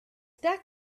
that